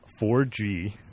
4G